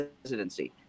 presidency